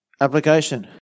application